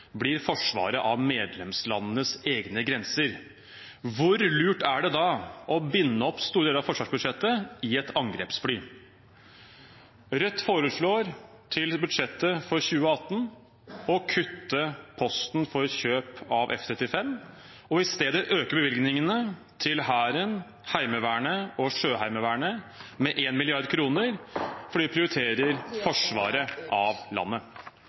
blir forsvaret av medlemslandenes egne grenser. Hvor lurt er det da å binde opp store deler av forsvarsbudsjettet i angrepsfly? Til budsjettet for 2018 foreslår Rødt å kutte posten for kjøp av F-35 og i stedet øke bevilgningene til Hæren, Heimevernet og Sjøheimevernet med 1 mrd. kr – fordi vi prioriterer forsvaret av landet.